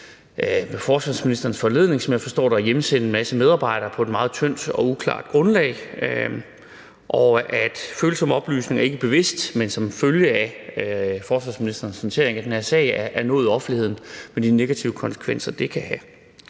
forsvarsministerens foranledning, som jeg forstår det – at hjemsende en masse medarbejdere på et meget tyndt og uklart grundlag, og at følsomme oplysninger, ikke bevidst, men som en følge af forsvarsministerens håndtering af den her sag, er nået offentligheden med de negative konsekvenser, det kan have.